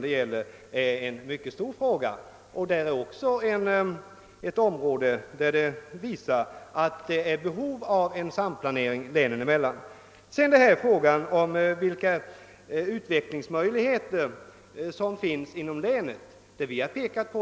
Detta är en mycket stor fråga för Kronobergs län, och det finns behov av samplanering länen emellan. När det gäller de utvecklingsmöjligheter som föreligger inom länet har